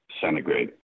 centigrade